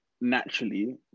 naturally